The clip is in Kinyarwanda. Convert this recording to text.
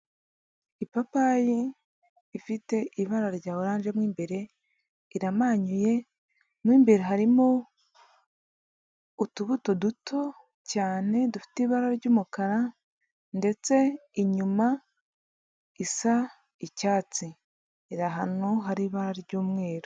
Ipapayi ifite ibara rya oranje mo imbere, iramanyuye mo imbere harimo utubuto duto cyane dufite ibara ry'umukara ndetse inyuma isa icyatsi, iri ahantu hari ibara ry'umweru.